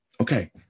Okay